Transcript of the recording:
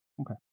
Okay